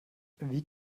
wie